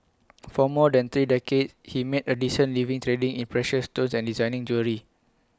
for more than three decades he made A decent living trading in precious stones and designing jewellery